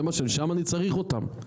שם אני צריך אותם,